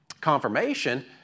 confirmation